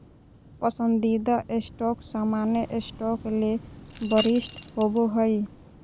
पसंदीदा स्टॉक सामान्य स्टॉक ले वरिष्ठ होबो हइ